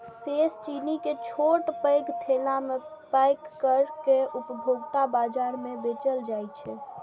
शेष चीनी कें छोट पैघ थैला मे पैक कैर के उपभोक्ता बाजार मे बेचल जाइ छै